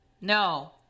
No